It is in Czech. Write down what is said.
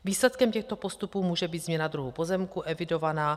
Výsledkem těchto postupů může být změna druhu pozemku evidovaná atd.